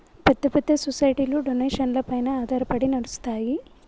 పెద్ద పెద్ద సొసైటీలు డొనేషన్లపైన ఆధారపడి నడుస్తాయి